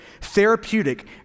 Therapeutic